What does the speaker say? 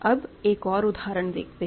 अब एक और उदाहरण देखते हैं